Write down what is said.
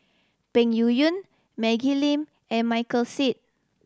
Peng Yuyun Maggie Lim and Michael Seet